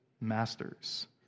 masters